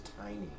tiny